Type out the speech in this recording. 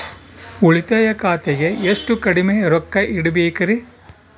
ಉಳಿತಾಯ ಖಾತೆಗೆ ಎಷ್ಟು ಕಡಿಮೆ ರೊಕ್ಕ ಇಡಬೇಕರಿ?